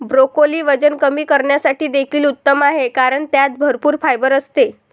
broccoli वजन कमी करण्यासाठी देखील उत्तम आहे कारण त्यात भरपूर फायबर असते